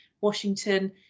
Washington